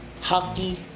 hockey